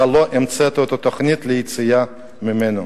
אתה לא המצאת את התוכנית ליציאה ממנו.